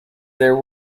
there